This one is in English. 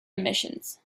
emissions